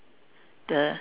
the